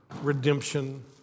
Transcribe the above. redemption